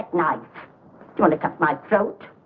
nod jonica i like felt.